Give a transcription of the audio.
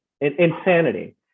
Insanity